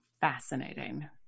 fascinating